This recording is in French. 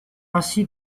ainsi